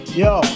yo